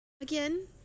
again